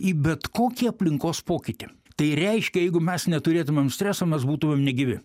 į bet kokį aplinkos pokytį tai reiškia jeigu mes neturėtumėm streso mes būtume negyvi